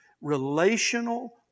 relational